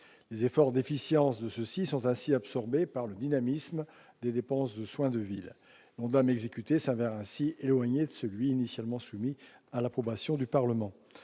Les efforts d'efficience de ceux-ci sont ainsi absorbés par le dynamisme des dépenses de soins de ville. L'ONDAM exécuté se révèle éloigné de celui qui était initialement soumis à l'approbation du Parlement.